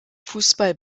fußball